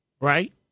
Right